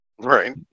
Right